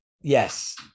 Yes